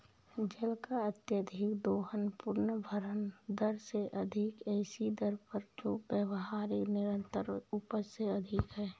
जल का अत्यधिक दोहन पुनर्भरण दर से अधिक ऐसी दर पर जो व्यावहारिक निरंतर उपज से अधिक है